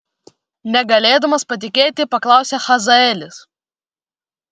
negalėdamas patikėti paklausė hazaelis